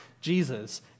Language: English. Jesus